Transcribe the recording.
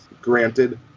granted